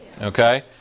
Okay